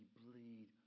bleed